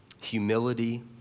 humility